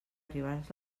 arribaràs